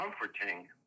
comforting